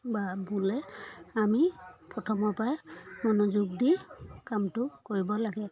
বা বোলে আমি প্ৰথমৰ পৰাই মনোযোগ দি কামটো কৰিব লাগে